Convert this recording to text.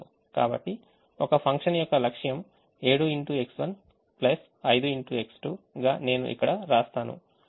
కాబట్టి ఒక ఫంక్షన్ యొక్క లక్ష్యం నేను ఇక్కడ వ్రాసాను